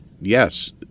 yes